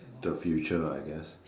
the future I guess